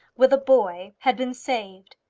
with a boy, had been saved.